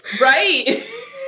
Right